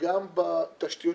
גם בתשתיות